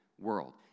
world